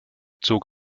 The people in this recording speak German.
zog